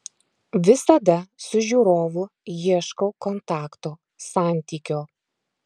visada su žiūrovu ieškau kontakto santykio